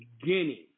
beginning